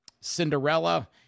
Cinderella